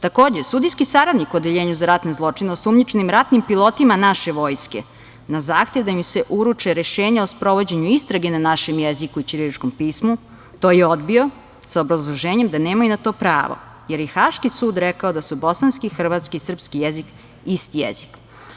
Takođe, sudijski saradnik u Odeljenju za ratne zločine osumnjičenim ratnim pilotima naše vojske, na zahtev da im se uruče rešenja o sprovođenju istrage na našem jeziku i ćiriličkom pismu, to je odbio sa obrazloženjem da nemaju na to pravo, jer je Haški sud rekao da su bosanski, hrvatski i srpski jezik isti jezik.